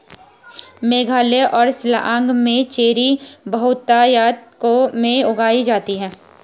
मेघालय और शिलांग में चेरी बहुतायत में उगाई जाती है